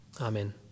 amen